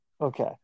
okay